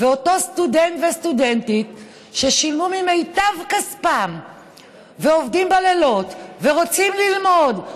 ואותו סטודנט וסטודנטית ששילמו ממיטב כספם ועובדים בלילות ורוצים ללמוד,